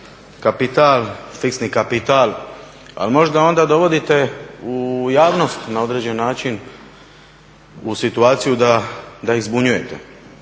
kapital, fiksni kapital, ali možda onda dovodite javnost na određeni način u situaciju da ih zbunjujete.